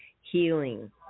healing